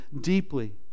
deeply